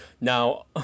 Now